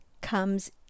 comes